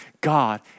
God